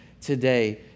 today